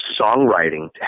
songwriting